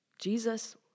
Jesus